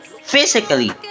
physically